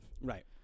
Right